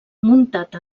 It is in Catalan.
muntat